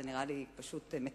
זה נראה לי פשוט מטורף.